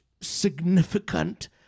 significant